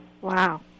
Wow